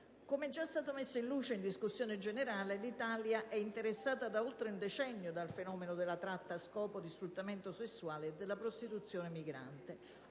Come già messo in luce in discussione generale, l'Italia è interessata da oltre un decennio dal fenomeno della tratta a scopo di sfruttamento sessuale e della prostituzione migrante.